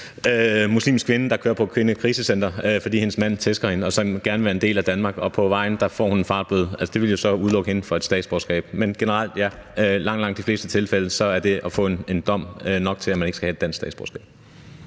muslimsk kvinde, der kører på et kvindekrisecenter, fordi hendes mand tæsker hende, og som gerne vil være en del af Danmark, og på vejen får hun en fartbøde. Altså, det ville jo så udelukke hende fra et statsborgerskab. Men generelt ja – i langt, langt de fleste tilfælde er det at få en dom nok til, at man ikke skal have et dansk statsborgerskab.